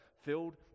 Filled